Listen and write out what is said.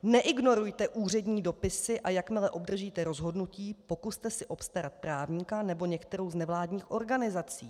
Neignorujte úřední dopisy, a jakmile obdržíte rozhodnutí, pokuste se obstarat si právníka nebo některou z nevládních organizací.